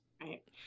right